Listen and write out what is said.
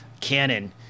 canon